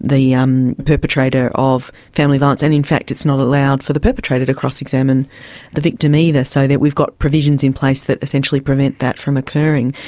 the um perpetrator of family violence, and in fact it is not allowed for the perpetrator to cross-examine the victim either, so that we've got provisions in place that essentially prevent that from occurring.